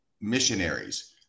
missionaries